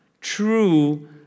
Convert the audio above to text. true